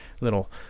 little